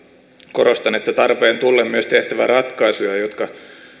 korostan että tarpeen tullen myös tehtävä ratkaisuja jotka